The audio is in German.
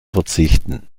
verzichten